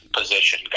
position